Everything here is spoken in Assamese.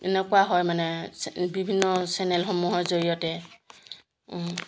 এনেকুৱা হয় মানে বিভিন্ন চেনেলসমূহৰ জৰিয়তে